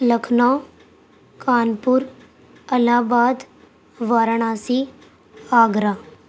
Lucknow Kanpur Allahabad Varanasi Agra